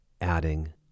adding